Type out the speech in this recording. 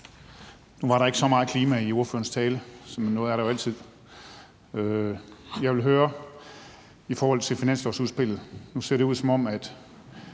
Nu var der ikke så meget om klimaet i ordførerens tale, selv om noget er der jo altid. Jeg vil høre om noget i forhold til finanslovsudspillet. Nu ser det ud, som om